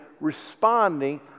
responding